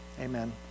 amen